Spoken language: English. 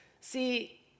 See